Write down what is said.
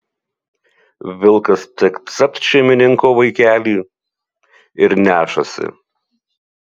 vilkas tik capt šeimininko vaikelį ir nešasi